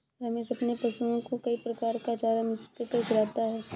रमेश अपने पशुओं को कई प्रकार का चारा मिश्रित करके खिलाता है